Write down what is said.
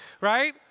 right